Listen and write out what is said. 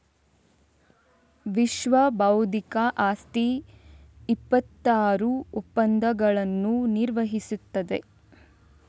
ವಿಶ್ವಬೌದ್ಧಿಕ ಆಸ್ತಿ ಇಪ್ಪತ್ತಾರು ಒಪ್ಪಂದಗಳನ್ನು ನಿರ್ವಹಿಸುತ್ತದೆ